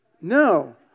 No